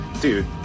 dude